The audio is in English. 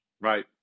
Right